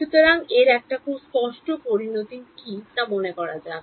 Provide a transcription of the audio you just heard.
সুতরাং এর এক খুব স্পষ্ট পরিণতিটি কি তা মনে করা যাক